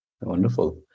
Wonderful